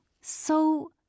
So